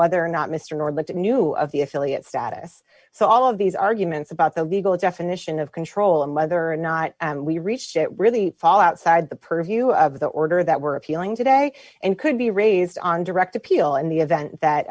whether or not mr gore but knew of the affiliate status so all of these arguments about the legal definition of control and whether or not we reach that really fall outside the purview of the order that we're appealing today and could be raised on direct appeal in the event that